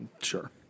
Sure